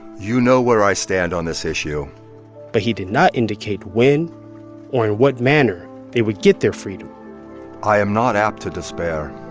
you know where i stand on this issue but he did not indicate when or in what manner they would get their freedom i am not apt to despair,